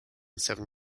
seven